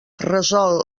resol